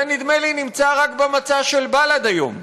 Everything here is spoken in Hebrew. זה, נדמה לי, נמצא רק במצע של בל"ד היום.